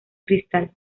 cristal